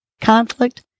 conflict